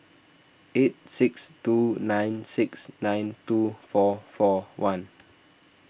eight six two nine six nine two four four one